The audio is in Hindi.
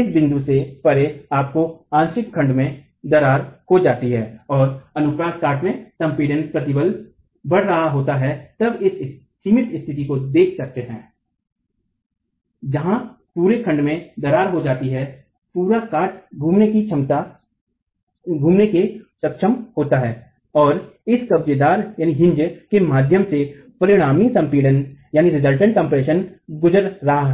इस बिंदु से परे आपको आंशिक खंड में दरार हो जाती है और अनुप्रथ काट में संपीडन प्रतिबल बढ़ रहा होता है तब हम एक सीमित स्तिथि को देख सकते हैं जहां पुरे खंड में दरार हो जाती है पूरा काट घूमने में सक्षम होता है और इस कब्जेदार के माध्यम से परिणामी संपीड़न गुजर रहा है